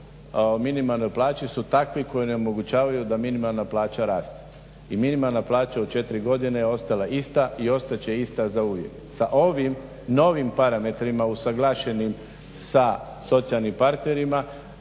minimalnoj plaći su takvi koji onemogućavaju da minimalna plaća raste i minimalna plaća u četiri godine je ostala ista i ostat će ista zauvijek. Sa ovim novim parametrima usuglašeni sa socijalnim partnerima